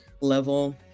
level